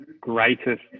greatest